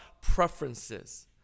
preferences